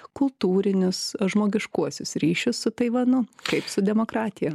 kultūrinius žmogiškuosius ryšius su taivanu kaip su demokratija